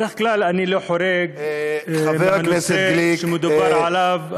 בדרך כלל אני לא חורג מנושא שמדובר עליו,